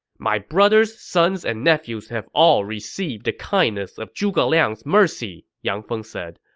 my brothers, sons, and nephews have all received the kindness of zhuge liang's mercy, yang feng said.